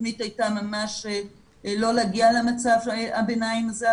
התוכנית הייתה ממש לא להגיע למצב הביניים הזה,